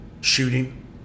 shooting